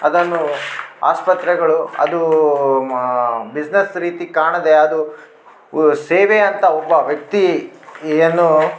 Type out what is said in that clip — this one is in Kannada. ಅದನ್ನು ಆಸ್ಪತ್ರೆಗಳು ಅದು ಬಿಸ್ನೆಸ್ ರೀತಿ ಕಾಣದೆ ಅದು ಉ ಸೇವೆ ಅಂತ ಒಬ್ಬ ವ್ಯಕ್ತಿಯನ್ನು